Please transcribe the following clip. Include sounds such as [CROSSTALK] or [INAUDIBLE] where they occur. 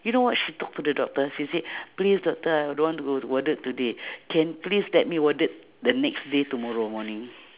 you know what she talk to the doctors she say [BREATH] please doctor I don't want to go to warded today can please let me warded the next day tomorrow morning